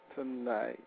tonight